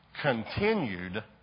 continued